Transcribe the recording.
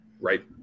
right